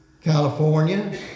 California